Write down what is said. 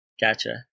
gotcha